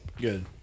Good